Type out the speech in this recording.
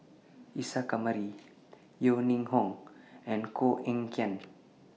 Isa Kamari Yeo Ning Hong and Koh Eng Kian